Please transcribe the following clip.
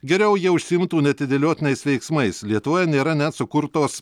geriau jie užsiimtų neatidėliotinais veiksmais lietuvoje nėra net sukurtos